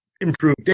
improved